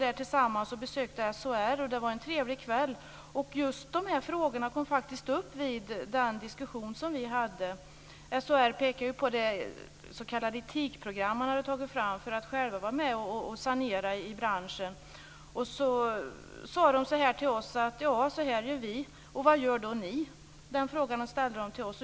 Vi hade en trevlig kväll, och just de här frågorna kom upp vid den diskussion som vi hade. SHR pekade på det s.k. etikprogram som man hade tagit fram för självsanering inom branschen. Man sade till oss: Så här gör vi.